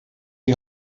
die